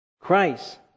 Christ